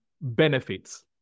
benefits